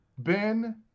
Ben